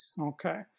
Okay